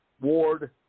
Ward